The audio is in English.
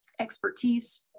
expertise